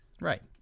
Right